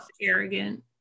arrogant